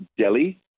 Delhi